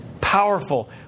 powerful